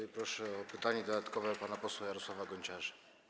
I proszę o pytanie dodatkowe pana posła Jarosława Gonciarza.